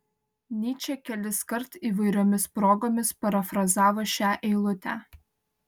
nyčė keliskart įvairiomis progomis parafrazavo šią eilutę